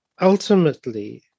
ultimately